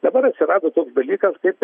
dabar atsirado toks dalykas kaip